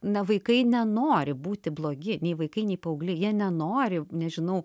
na vaikai nenori būti blogi nei vaikai nei paaugliai jie nenori nežinau